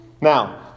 Now